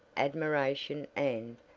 admiration and,